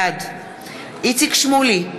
בעד איציק שמולי,